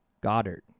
Goddard